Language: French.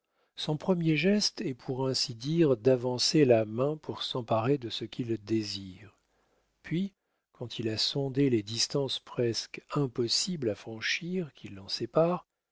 son premier geste est pour ainsi dire d'avancer la main pour s'emparer de ce qu'il désire puis quand il a sondé les distances presque impossibles à franchir qui l'en séparent